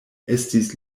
estis